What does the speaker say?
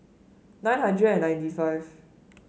nine hundred and ninety five